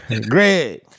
Greg